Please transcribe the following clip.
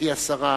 גברתי השרה,